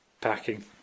packing